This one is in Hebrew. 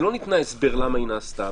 שלא ניתן הסבר למה היא נעשתה,